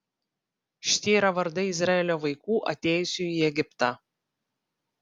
šitie yra vardai izraelio vaikų atėjusių į egiptą